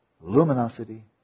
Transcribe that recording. luminosity